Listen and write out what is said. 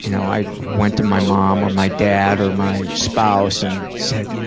you know i went to my mom or my dad or my spouse and said, you know